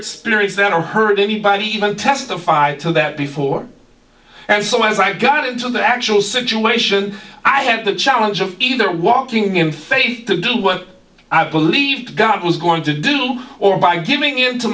experienced that or heard anybody even testified to that before and so as i got into the actual situation i had the challenge of either walking in faith to do what i believed god was going to do or by giving into